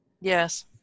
Yes